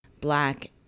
Black